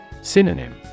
Synonym